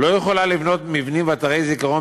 לא יכולה לבנות מבנים ואתרי זיכרון